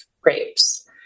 grapes